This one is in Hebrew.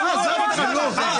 אני שר האוצר?